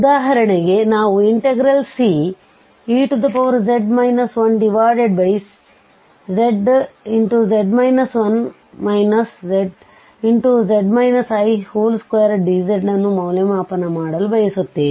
ಉದಾಹರಣೆಗೆ ನಾವುCez 1zz 1z i2dzಅನ್ನು ಮೌಲ್ಯಮಾಪನ ಮಾಡಲು ಬಯಸುತ್ತೇವೆ